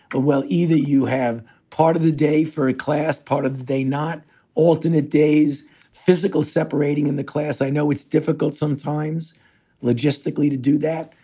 but well, either you have part of the day for a class part of the day, not all in a day's physical separating in the class. i know it's difficult sometimes logistically to do that,